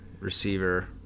receiver